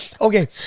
Okay